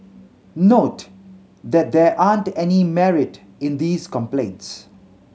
not that there aren't any merit in these complaints